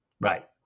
Right